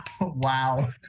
Wow